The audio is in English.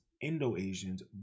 Indo-Asians